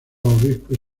obispos